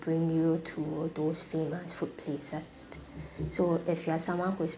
bring you to those famous food places so if you have someone who is